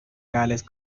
gales